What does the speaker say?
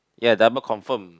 ya double confirm